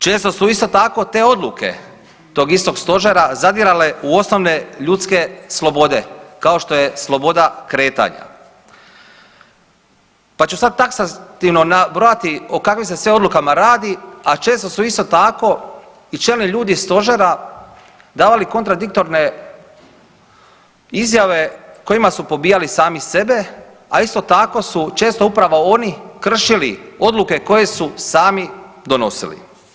Često su isto tako te odluke tog istog Stožera zadirale u osnovne ljudske slobode kao što je sloboda kretanja, pa ću sad taksativno nabrojati o kakvim se sve odlukama radi, a često su isto tako i čelni ljudi Stožera davali kontradiktorne izjave kojima su pobijali sami sebe, a isto tako su često upravo oni kršili odluke koje su sami donosili.